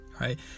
right